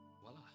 voila